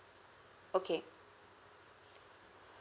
okay